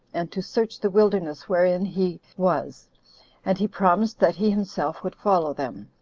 and to search the wilderness wherein he was and he promised that he himself would follow them.